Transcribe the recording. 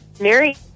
Mary